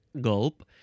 gulp